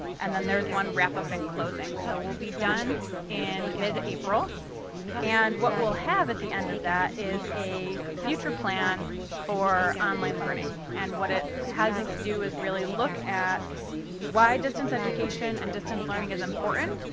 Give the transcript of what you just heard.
and then there's one wrap up and closing. so we'll be done in mid-april, and what we'll have at the end of that is a future plan for online learning. and what it has us do is really look at why distance education and distance learning is important,